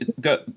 go